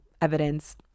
evidence